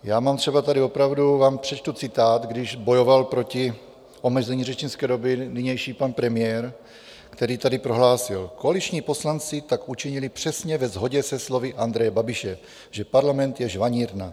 Já mám třeba tady opravdu přečtu vám citát, když bojoval proti omezení řečnické doby nynější pan premiér, který tady prohlásil: Koaliční poslanci tak učinili přesně ve shodě se slovy Andreje Babiše, že Parlament je žvanírna.